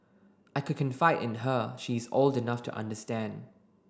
I could confide in her she is old enough to understand